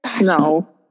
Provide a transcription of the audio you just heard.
No